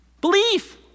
belief